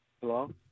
Hello